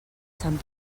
sant